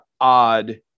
odd